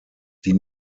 die